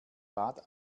bad